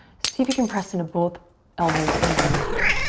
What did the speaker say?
see if you can press into both elbows evenly here.